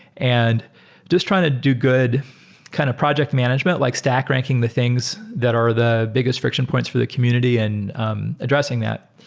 and just trying to do good kind of project management, like stack ranking the things that are the biggest friction points for the community and um addressing that.